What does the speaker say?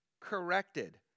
corrected